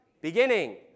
beginning